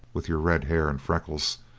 with your red hair and freckles,